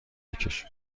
بکش